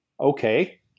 Okay